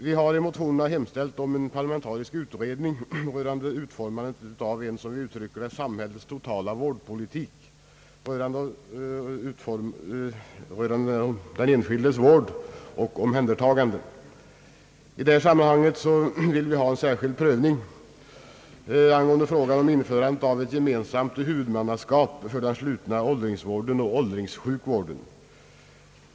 Vi har i motionerna hemställt om en parlamentarisk utredning rörande utformandet av en, som vi uttrycker det, samhällets totala vårdpolitik för den enskilda människans vård och omhändertagande. I detta sammanhang vill vi ha en särskild prövning angående frågan om införandet av ett gemensamt huvudmannaskap för den slutna åldringsvården och åldringssjukvården.